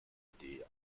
idee